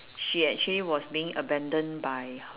she actually was being abandoned by her